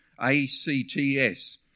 A-C-T-S